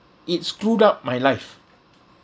it screwed up my life